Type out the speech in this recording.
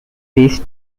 these